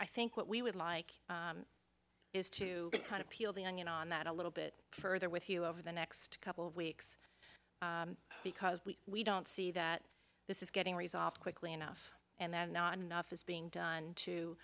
i think what we would like is to try to peel the onion on that a little bit further with you over the next couple of weeks because we we don't see that this is getting resolved quickly enough and that not enough is being done to